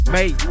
Mate